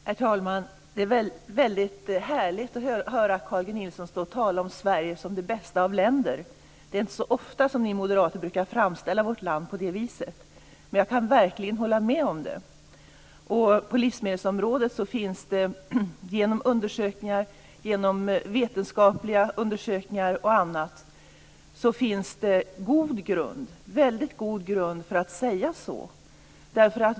Herr talman! Det är väldigt härligt att höra Carl G Nilsson stå och tala om Sverige som det bästa av länder. Det är inte så ofta som ni moderater brukar framställa vårt land på det viset, men jag kan verligen hålla med om det. På livsmedelsområdet finns det, genom vetenskapliga undersökningar och annat, en väldigt god grund för att säga så.